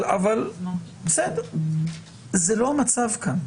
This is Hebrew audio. זה לא המצב כאן,